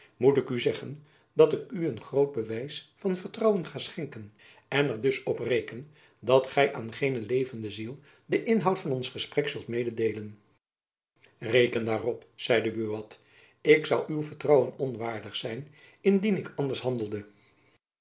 moet ik u zeggen dat ik u een groot bewijs van vertrouwen ga schenken en er dus op reken dat gy aan geen levende ziel den inhoud van ons gesprek zult mededeelen reken daarop zeide buat ik zoû uw vertrouwen onwaardig zijn indien ik anders handelde